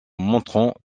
montrant